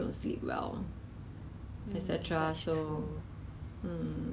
!hannor! although 那个那个号码很美这样但是 !wah!